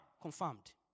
Confirmed